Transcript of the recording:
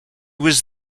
was